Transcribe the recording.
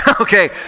okay